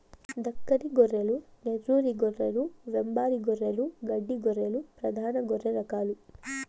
దక్కని గొర్రెలు, నెల్లూరు గొర్రెలు, వెంబార్ గొర్రెలు, గడ్డి గొర్రెలు ప్రధాన గొర్రె రకాలు